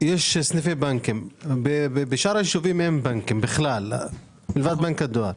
יש סניפי בנקים ובשאר היישובים אין בכלל לבד מבנק הדואר.